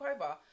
over